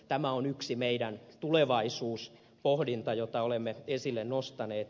tämä on yksi meidän tulevaisuuspohdintamme jota olemme esille nostaneet